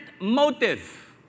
motive